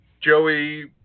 Joey